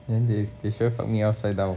then they sure fuck me upside down